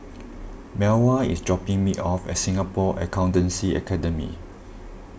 Melva is dropping me off at Singapore Accountancy Academy